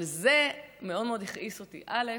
אבל זה מאוד מאוד הכעיס אותי, א.